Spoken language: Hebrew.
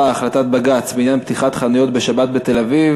אנחנו עוברים לנושא הבא: החלטת בג"ץ בעניין פתיחת חנויות בשבת בתל-אביב,